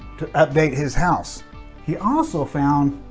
to update his house he also found